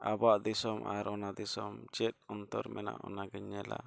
ᱟᱵᱚᱣᱟᱜ ᱫᱤᱥᱚᱢ ᱟᱨ ᱚᱱᱟ ᱫᱤᱥᱚᱢ ᱪᱮᱫ ᱚᱱᱛᱚᱨ ᱢᱮᱱᱟᱜᱼᱟ ᱚᱱᱟ ᱜᱤᱧ ᱧᱮᱞᱟ